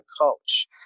coach